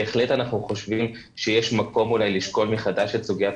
בהחלט אנחנו חושבים שיש מקום אולי לשקול מחדש את סוגיית